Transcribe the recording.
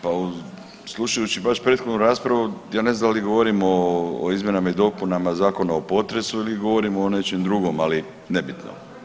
Pa slušajući baš prethodnu raspravu ja ne znam da li govorimo o izmjenama i dopunama zakona o potresu ili govorimo o nečem drugom, ali nebitno.